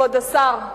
כבוד השר,